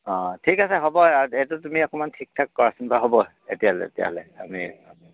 অঁ ঠিক আছে হ'ব আৰু এইটো তুমি অকণমান ঠিক ঠাক কৰাচোন বাৰু হ'ব এতিয়ালৈ তেতিয়াহ'লে আমি